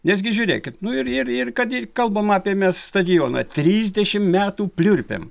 nes gi žiūrėkit nu ir ir ir kad ir kalbam apie mes stadioną trisdešimt metų pliurpėm